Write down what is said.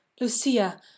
Lucia